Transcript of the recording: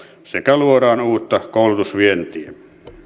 sekä luodaan uutta koulutusvientiä